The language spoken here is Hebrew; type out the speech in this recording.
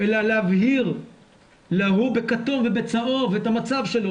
אלא להבהיר לזה שבכתום ובצהוב את המצב שלו,